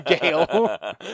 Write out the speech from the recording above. Gail